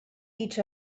each